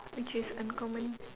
which is uncommon